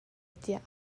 tiah